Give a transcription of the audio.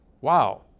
Wow